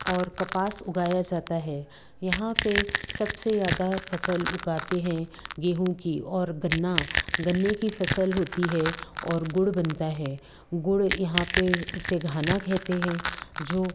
और कपास उगाया जाता है यहाँ पे सबसे ज्यादा फ़सल उगाते हैं गेहूँ की और गन्ना गन्ने की फ़सल होती है और गुड़ बनता है गुड़ यहाँ पे उसे घाना कहते हैं जो